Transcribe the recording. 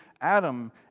Adam